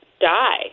die